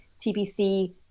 TBC